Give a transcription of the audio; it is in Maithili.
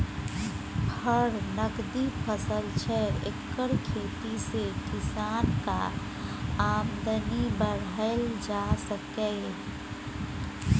फर नकदी फसल छै एकर खेती सँ किसानक आमदनी बढ़ाएल जा सकैए